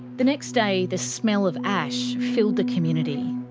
the next day, the smell of ash filled the community.